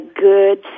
good